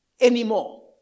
anymore